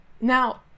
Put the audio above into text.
Now